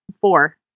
four